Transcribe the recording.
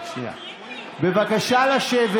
בבקשה לשבת.